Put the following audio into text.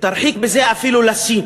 תרחיק בזה אפילו לסין.